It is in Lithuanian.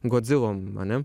godzilom ane